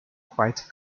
quite